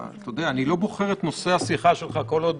אני לא בוחר את נושא השיחה שלך כל עוד